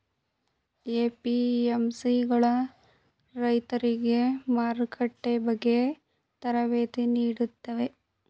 APMC ಗಳು ರೈತರಿಗೆ ಮಾರುಕಟ್ಟೆ ಬಗ್ಗೆ ತರಬೇತಿ ನೀಡುತ್ತವೆಯೇ?